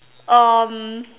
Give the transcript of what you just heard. um